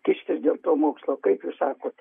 kištis dėl to mokslo kaip jūs sakot